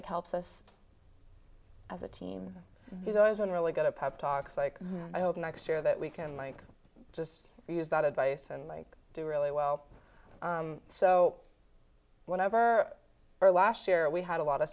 like helps us as a team he's always been really going to pop talks like i hope next year that we can like just use that advice and like do really well so whenever last year we had a lot of